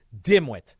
dimwit